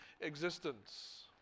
existence